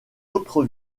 autre